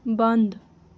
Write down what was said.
بنٛد